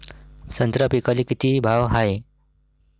संत्रा पिकाले किती भाव हाये?